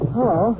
Hello